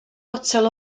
fotel